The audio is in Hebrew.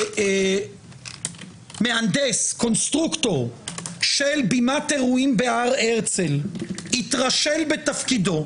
שכשמהנדס של במת אירועים בהר הרצל התרשל בתפקידו,